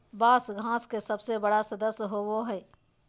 बाँस घास के सबसे बड़ा सदस्य होबो हइ